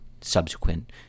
subsequent